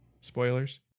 Spoilers